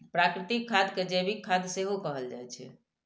प्राकृतिक खाद कें जैविक खाद सेहो कहल जाइ छै